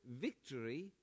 victory